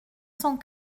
cent